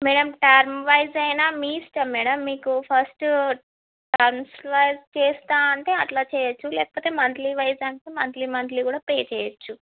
madam term wise అయినా మీ ఇష్టం మేడం మీకు ఫస్టు టెర్మ్ వైస్ చేస్తాను అంటే అలా చెయ్యచ్చు లేకపోతే మంత్లీ వైస్ అంటే మంత్లీ మంత్లీ కూడా పే చెయ్యచ్చు